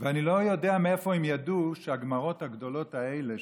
אני לא יודע מאיפה הם ידעו שהגמרות הגדולות האלה,